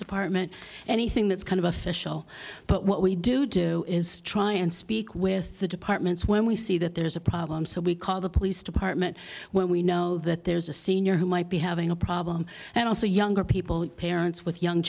department anything that's kind of official but what we do do is try and speak with the departments when we see that there is a problem so we call the police department when we know that there's a senior who might be having a problem and also younger people parents with young